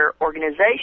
organization